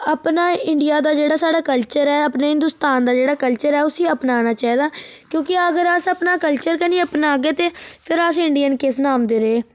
अपना इंडिया दा जेह्ड़ा स्हाड़ा कल्चर ऐ अपने हिंदुस्तान दा जेह्ड़ा स्हाड़ा कल्चर ऐ उसी अपनाना चाहिदा क्योंकि अगर अस अपना कल्चर गै नी अपनागे ते फिर असें इंडियन किस नाम दे रेह्